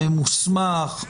הממוסמך,